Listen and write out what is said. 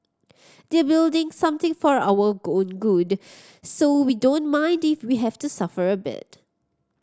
they're building something for our own good so we don't mind if we have to suffer a bit